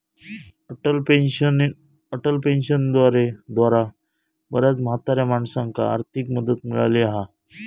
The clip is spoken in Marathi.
अटल पेंशन योजनेद्वारा बऱ्याच म्हाताऱ्या माणसांका आर्थिक मदत मिळाली हा